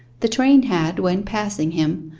the train had, when passing him,